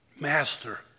Master